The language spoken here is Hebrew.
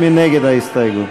ההסתייגות?